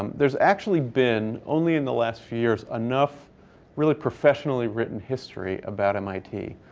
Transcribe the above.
um there's actually been only in the last few years enough really professionally written history about mit.